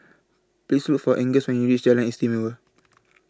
Please Look For Angus when YOU REACH Jalan Istimewa